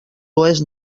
oest